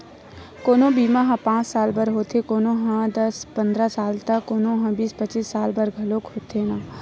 कोनो बीमा ह पाँच साल बर होथे, कोनो ह दस पंदरा साल त कोनो ह बीस पचीस साल बर घलोक होथे न